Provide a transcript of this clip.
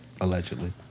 allegedly